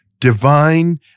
divine